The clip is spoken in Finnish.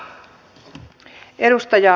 arvoisa puhemies